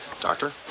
doctor